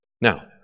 Now